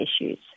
issues